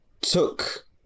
took